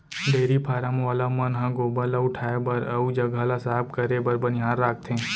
dairy farm वाला मन ह गोबर ल उठाए बर अउ जघा ल साफ करे बर बनिहार राखथें